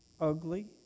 ugly